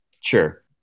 Sure